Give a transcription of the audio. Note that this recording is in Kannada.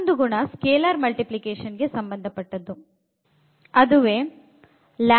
ಮತ್ತೊಂದು ಗುಣ ಸ್ಕೆಲಾರ್ ಮಲ್ಟಿಪ್ಲಿಕೇಷನ್ ಗೆ ಸಂಬಂಧಪಟ್ಟದ್ದು